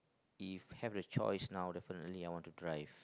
if I have the choice now definitely I want to drive